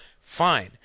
Fine